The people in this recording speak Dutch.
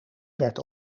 werd